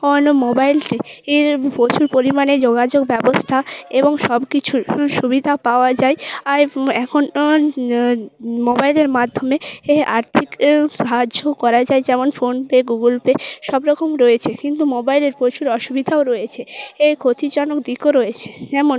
মোবাইলটির প্রচুর পরিমাণে যোগাযোগ ব্যবস্থা এবং সবকিছুর সুবিধা পাওয়া যায় আর এখনও মোবাইলের মাধ্যমে এ আর্থিক সাহায্যও করা যায় যেমন ফোনপে গুগুল পে সবরকম রয়েছে কিন্তু মোবাইলের প্রচুর অসুবিধাও রয়েছে এর ক্ষতিজনক দিকও রয়েছে যেমন